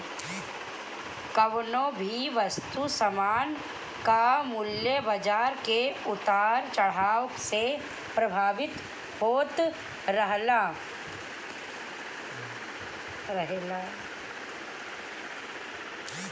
कवनो भी वस्तु सामान कअ मूल्य बाजार के उतार चढ़ाव से प्रभावित होत रहेला